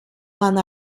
one